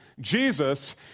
Jesus